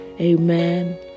Amen